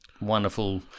wonderful